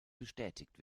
bestätigt